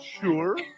Sure